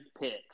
picks